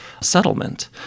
settlement